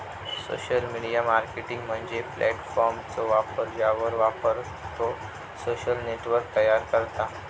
social media marketing म्हणजे प्लॅटफॉर्मचो वापर ज्यावर वापरकर्तो सोशल नेटवर्क तयार करता